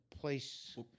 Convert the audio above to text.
place